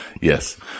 Yes